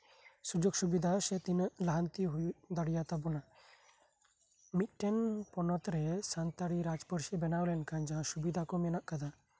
ᱥᱩᱡᱳᱜ ᱥᱩᱵᱤᱫᱷᱥᱮ ᱛᱤᱱᱟᱹᱜ ᱞᱟᱦᱟᱱᱤ ᱦᱩᱭ ᱫᱟᱲᱮᱭᱟᱜᱛᱟᱵ ᱚᱱᱟ ᱢᱤᱫᱴᱟᱝ ᱯᱚᱱᱚᱛᱨᱮ ᱡᱟᱸᱦᱟ ᱨᱟᱡ ᱯᱟᱹᱨᱥᱤ ᱵᱮᱱᱟᱣ ᱞᱮᱱᱠᱷᱟᱱ ᱡᱟᱦᱟᱸ ᱥᱩᱵᱤᱫᱷᱟ ᱠᱚ ᱢᱮᱱᱟᱜ ᱟᱠᱟᱫᱟ